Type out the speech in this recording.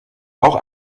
auch